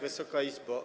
Wysoka Izbo!